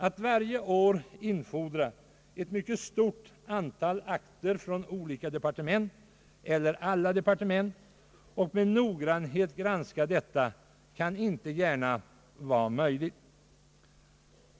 Att varje år infordra ett mycket stort antal akter från olika departement, eller från alla departement, och med noggrannhet granska dem kan inte gärna vara möjligt.